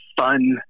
fun